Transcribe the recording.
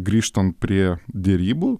grįžtant prie derybų